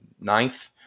ninth